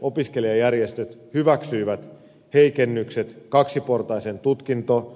opiskelijajärjestöt hyväksyivät heikennykset kaksiportaisen tutkinto